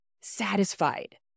satisfied